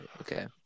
Okay